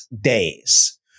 days